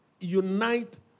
unite